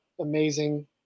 amazing